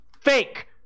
fake